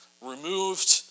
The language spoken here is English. removed